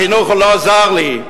החינוך לא זר לי.